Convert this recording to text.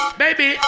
baby